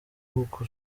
uku